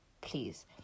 please